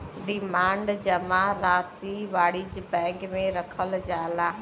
demand जमा राशी वाणिज्य बैंक मे रखल जाला